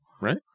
Right